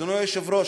אדוני היושב-ראש,